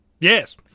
Yes